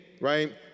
right